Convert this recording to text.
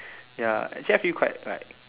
ya actually I feel quite like